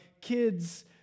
kids